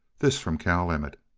this from cal emmett.